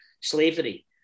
slavery